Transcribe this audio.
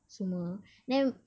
semua then